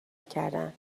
کردم